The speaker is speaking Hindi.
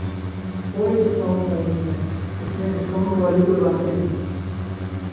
कोई डिस्काउंट नहीं इसमें इसमें डिस्काउंट वाली कोई बाते नहीं है